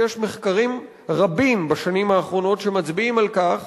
שיש מחקרים רבים בשנים האחרונות שמצביעים על כך